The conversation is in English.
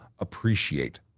appreciate